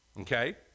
okay